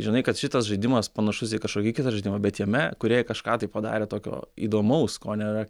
žinai kad šitas žaidimas panašus į kažkokį kitą žaidimą bet jame kūrėjai kažką taip padarė tokio įdomaus ko nėra